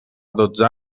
dotze